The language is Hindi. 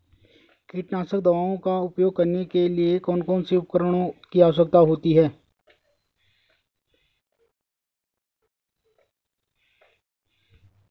कीटनाशक दवाओं का उपयोग करने के लिए कौन कौन से उपकरणों की आवश्यकता होती है?